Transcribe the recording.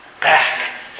back